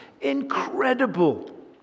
incredible